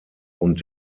und